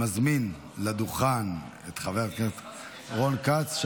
אני מזמין לדוכן את חבר הכנסת רון כץ.